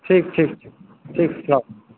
ٹھیک ٹھیک ٹھیک صاحب